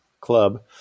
club